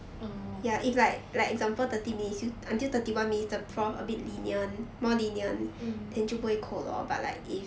orh mm